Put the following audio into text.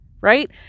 right